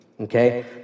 okay